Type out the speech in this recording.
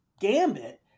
gambit